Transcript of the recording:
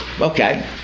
Okay